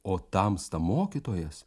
o tamsta mokytojas